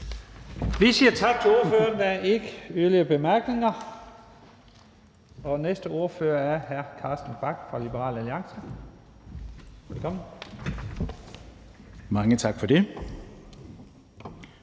Vi siger tak til ordføreren. Der er ikke yderligere korte bemærkninger. Næste ordfører er hr. Carsten Bach fra Liberal Alliance. Velkommen. Kl.